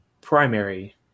primary